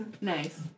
Nice